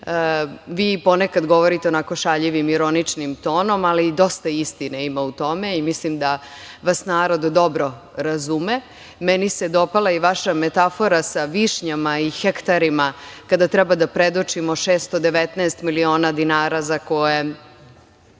ponekad govorite onako šaljivim, ironičnim tonom, ali dosta istine ima u tome i mislim da vas narod dobro razume. Meni se dopala i vaša metafora sa višnjama i hektarima, kada treba da predočimo 619 miliona dinara za koje